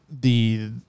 the-